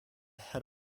head